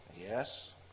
Yes